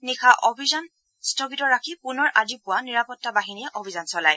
নিশা অভিযান স্থগিত ৰাখি পুনৰ আজি পুৱা নিৰাপত্তা বাহিনীয়ে অভিযান চলায়